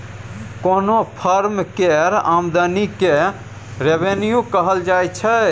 कोनो फर्म केर आमदनी केँ रेवेन्यू कहल जाइ छै